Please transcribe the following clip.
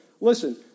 Listen